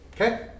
Okay